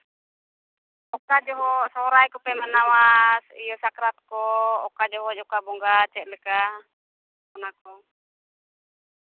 ᱚᱠᱟ ᱡᱚᱦᱚᱜ ᱥᱚᱦᱨᱟᱭ ᱠᱚᱯᱮ ᱢᱟᱱᱟᱣᱟ ᱤᱭᱟᱹ ᱥᱟᱠᱨᱟᱛ ᱠᱚ ᱚᱠᱟ ᱡᱚᱦᱚᱜ ᱚᱠᱟ ᱵᱚᱸᱜᱟ ᱪᱮᱫ ᱞᱮᱠᱟ ᱚᱱᱟ ᱠᱚ